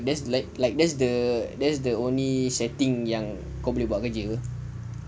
that's like like that's that's the only setting yang kau boleh buat kerja apa